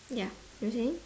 ya you were saying